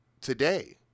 today